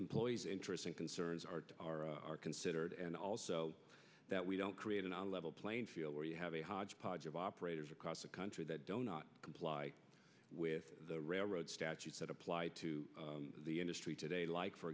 employees interesting concerns are considered and also that we don't create an unlevel playing field where you have a hodgepodge of operators across the country that don't comply with the railroad statutes that apply to the industry today like for